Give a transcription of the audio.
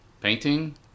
painting